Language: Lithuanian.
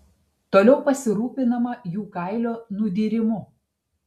toliau pasirūpinama jų kailio nudyrimu